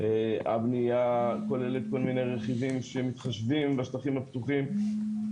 הבנייה כוללת כל מיני רכיבים שמתחשבים בשטחים הפתוחים,